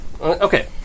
Okay